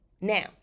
Now